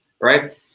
right